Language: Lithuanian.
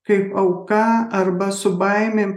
kaip auka arba su baimėm